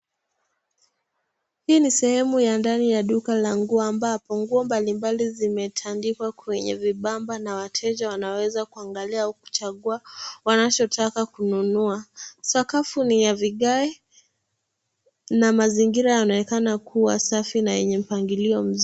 Hii ni sehemu ya ndani ya duka la nguo ambapo nguo mbalimbali zimetandikwa kwenye vibamba na wateja wanaweza kuangalia au kuchagua wanachotaka kununua. Sakafu ni ya vigae na mazingira yanaonekana kuwa safi na yenye mpangilio mzuri.